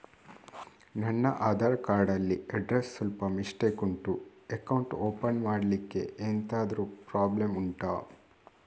ನನ್ನ ಆಧಾರ್ ಕಾರ್ಡ್ ಅಲ್ಲಿ ಅಡ್ರೆಸ್ ಸ್ವಲ್ಪ ಮಿಸ್ಟೇಕ್ ಉಂಟು ಅಕೌಂಟ್ ಓಪನ್ ಮಾಡ್ಲಿಕ್ಕೆ ಎಂತಾದ್ರು ಪ್ರಾಬ್ಲಮ್ ಉಂಟಾ